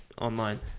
online